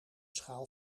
schaal